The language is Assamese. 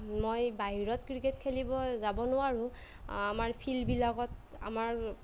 মই বাহিৰত ক্ৰিকেট খেলিব যাব নোৱাৰোঁ আমাৰ ফিল্ডবিলাকত আমাৰ